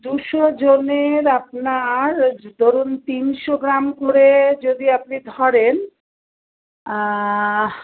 দুশো জনের আপনার ধরুন তিনশো গ্রাম করে যদি আপনি ধরেন